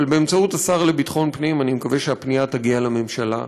אבל באמצעות השר לביטחון פנים אני מקווה שהפנייה תגיע לממשלה: